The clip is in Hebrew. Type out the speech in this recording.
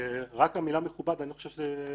שלום